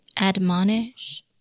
admonish